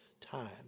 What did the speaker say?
time